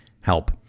help